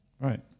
Right